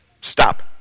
Stop